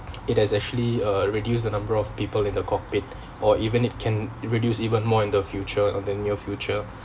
it has actually uh reduced the number of people in the cockpit or even it can reduce even more in the future in the near future